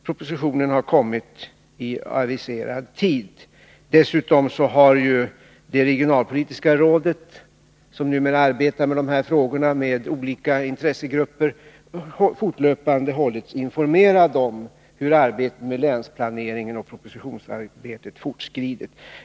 Propositionen har kommit i aviserad tid. Dessutom har det regionalpolitiska rådet — som numera arbetar med de här frågorna med olika intressegrupper — fortlöpande hållits informerat om hur arbetet med länsplaneringen och propositionsarbetet har fortskridit.